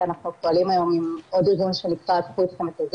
כי אנחנו פועלים היום עם עוד ארגון שנקרא פרויקט פינוי